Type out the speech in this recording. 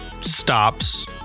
Stops